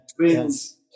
twins